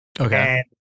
okay